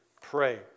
pray